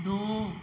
ਦੋ